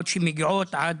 שמגיעות עד